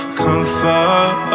comfort